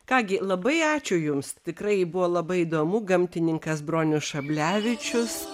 ką gi labai ačiū jums tikrai buvo labai įdomu gamtininkas bronius šablevičius